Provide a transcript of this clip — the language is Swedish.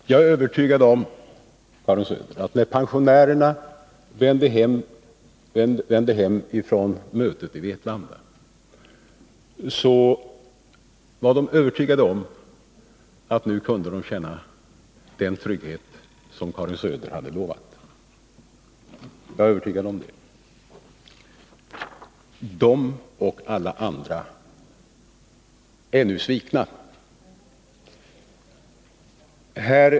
Herr talman! Jag är övertygad om, Karin Söder, att när pensionärerna vände hem från mötet i Vetlanda så trodde de att de kunde känna den trygghet som Karin Söder hade lovat. De är nu svikna.